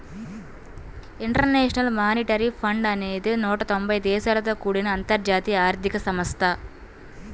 international monetary fund అనేది నూట తొంబై దేశాలతో కూడిన అంతర్జాతీయ ఆర్థిక సంస్థ